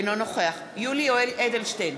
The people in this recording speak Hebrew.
אינו נוכח יולי יואל אדלשטיין,